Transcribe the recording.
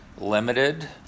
limited